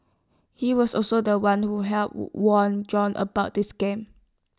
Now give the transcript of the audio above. he was also The One who helped warn John about the scam